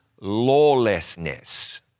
lawlessness